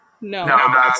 No